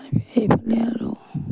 আৰু সেইফালে আৰু